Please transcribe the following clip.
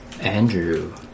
Andrew